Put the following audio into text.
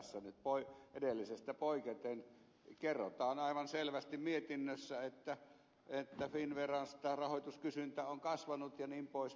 tässä mietinnössä edellisestä poiketen kerrotaan aivan selvästi että finnveran rahoituskysyntä on kasvanut jnp